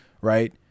right